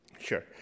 Sure